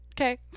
Okay